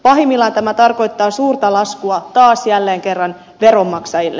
pahimmillaan tämä tarkoittaa suurta laskua taas jälleen kerran veronmaksajille